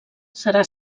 serà